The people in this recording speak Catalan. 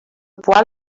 poal